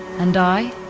and i